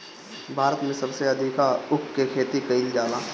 भारत में सबसे अधिका ऊख के खेती कईल जाला